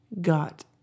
got